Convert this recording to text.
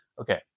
okay